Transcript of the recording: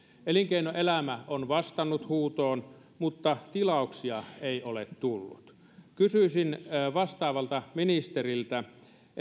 elinkeinoelämä on vastannut huutoon mutta tilauksia ei ole tullut kysyisin vastaavalta ministeriltä